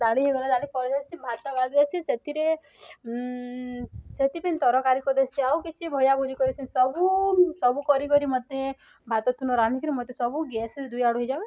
ଡାଲି ହେଇଗଲା ଡାଲି ପଳାଇଆସି ଭାତ ଗାଳିଦେଇଆସି ସେଥିରେ ସେଥିପାଇଁ ତରକାରୀ କରିଦେଇଆସି ଆଉ କିଛି ଭଜା ଭଜି କରିସି ସବୁ ସବୁ କରିକରି ମୋତେ ଭାତ ତୁନ ରାନ୍ଧିକିରି ମୋତେ ସବୁ ଗ୍ୟାସ୍ରେ ଦୁଇ ଆଡ଼ୁ ହେଇଯାବେ